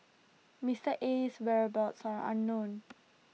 Mister Aye's whereabouts are unknown